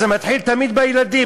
זה מתחיל תמיד בילדים,